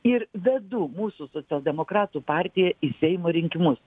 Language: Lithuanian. ir vedu mūsų socialdemokratų partiją į seimo rinkimus